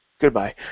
goodbye